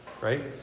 right